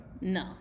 No